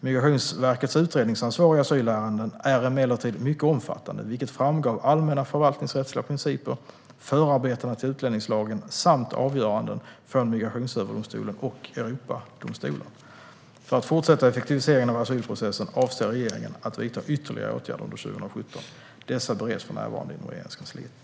Migrationsverkets utredningsansvar i asylärenden är emellertid mycket omfattande, vilket framgår av allmänna förvaltningsrättsliga principer, förarbetena till utlänningslagen samt avgöranden från Migrationsöverdomstolen och Europadomstolen. För att fortsätta med effektiviseringen av asylprocessen avser regeringen att vidta ytterligare åtgärder under 2017. Dessa bereds för närvarande inom Regeringskansliet.